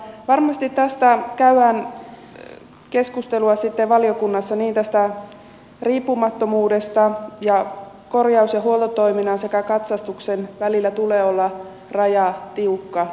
varmasti tästä käydään keskustelua sitten valiokunnassa tästä riippumattomuudesta ja korjaus ja huoltotoiminnan sekä katsastuksen välillä tulee olla tiukka raja tulevaisuudessa